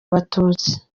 abatutsi